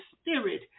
spirit